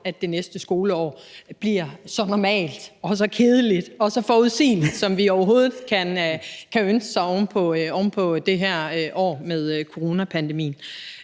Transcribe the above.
at det næste skoleår bliver så normalt og så kedeligt og så forudsigeligt, som vi overhovedet kan ønske os, oven på det her år med coronapandemien.